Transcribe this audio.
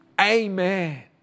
Amen